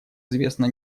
известно